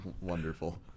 Wonderful